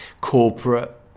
corporate